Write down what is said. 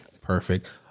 Perfect